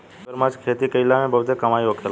मगरमच्छ के खेती कईला में बहुते कमाई होखेला